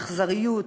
אכזריות,